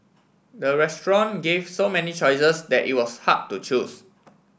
the restaurant gave so many choices that it was hard to choose